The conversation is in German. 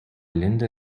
linda